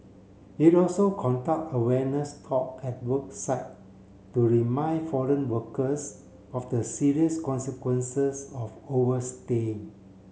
it also conduct awareness talk at work site to remind foreign workers of the serious consequences of overstaying